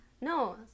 No